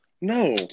No